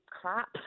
crap